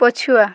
ପଛୁଆ